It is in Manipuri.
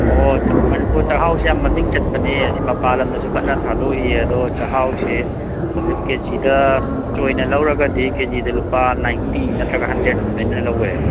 ꯑꯣ ꯑꯠꯆꯥ ꯃꯅꯤꯄꯨꯔ ꯆꯥꯛꯍꯥꯎꯁꯦ ꯌꯥꯝ ꯃꯃꯤꯡ ꯆꯠꯄꯅꯦ ꯁꯤ ꯃꯄꯥꯜ ꯂꯝꯗꯁꯨ ꯀꯟꯅ ꯊꯥꯗꯣꯛꯏꯌꯦ ꯑꯗꯣ ꯆꯥꯛꯍꯥꯎꯁꯦ ꯍꯧꯖꯤꯛ ꯀꯦ ꯖꯤꯗ ꯆꯣꯏꯅ ꯂꯧꯔꯒꯗꯤ ꯀꯦ ꯖꯤꯗ ꯂꯨꯄꯥ ꯅꯥꯏꯟꯇꯤ ꯅꯠꯇ꯭ꯔꯒ ꯍꯟꯗ꯭ꯔꯦꯠ ꯑꯗꯨꯃꯥꯏꯅ ꯂꯧꯋꯦ